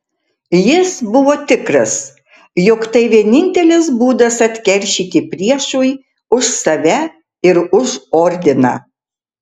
jis buvo tikras jog tai vienintelis būdas atkeršyti priešui už save ir už ordiną